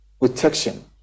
protection